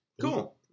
Cool